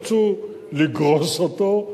רצו לגרוס אותו,